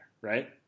right